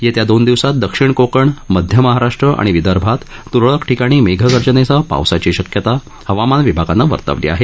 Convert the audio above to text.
येत्या दोन दिवसात दक्षिण कोकण मध्य महाराष्ट्र आणि विदर्भात त्रळक ठिकाणी मेघगर्जनेसह पावसाची शक्यता हवामान विभागानं वर्तवली आहे